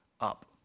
up